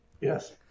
Yes